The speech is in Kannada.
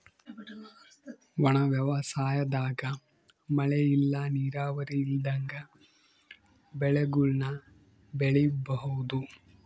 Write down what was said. ಒಣ ವ್ಯವಸಾಯದಾಗ ಮಳೆ ಇಲ್ಲ ನೀರಾವರಿ ಇಲ್ದಂಗ ಬೆಳೆಗುಳ್ನ ಬೆಳಿಬೋಒದು